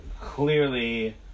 clearly